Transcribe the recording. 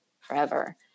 forever